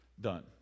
done